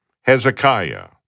Hezekiah